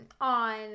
on